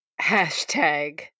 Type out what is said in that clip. Hashtag